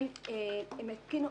שהם יתקינו.